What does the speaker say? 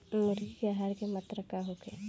मुर्गी के आहार के मात्रा का होखे?